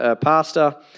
pastor